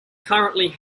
currently